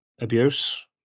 abuse